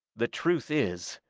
the truth is,